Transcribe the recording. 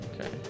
Okay